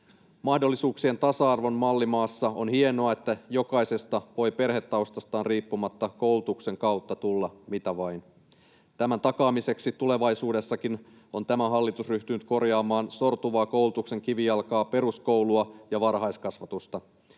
Mahdollisuuksien tasa-arvon mallimaassa on hienoa, että jokaisesta voi perhetaustastaan riippumatta koulutuksen kautta tulla mitä vain. Tämän takaamiseksi tulevaisuudessakin on tämä hallitus ryhtynyt korjaamaan sortuvaa koulutuksen kivijalkaa, peruskoulua ja varhaiskasvatusta,